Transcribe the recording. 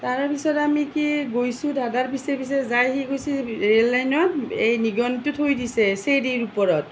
তাৰে পিছত আমি কি গৈছো দাদাৰ পিছে পিছে যাই সি কৈছে ৰে'ল লাইনত এই নিগনিটো থৈ দিছে চেৰীৰ ওপৰত